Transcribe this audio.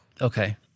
Okay